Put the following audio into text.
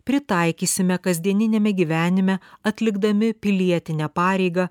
pritaikysime kasdieniniame gyvenime atlikdami pilietinę pareigą